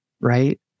right